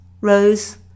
rose